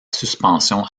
suspension